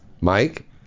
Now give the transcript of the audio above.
Mike